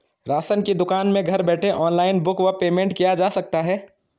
Ration की दुकान में घर बैठे ऑनलाइन बुक व पेमेंट किया जा सकता है?